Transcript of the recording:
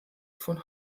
von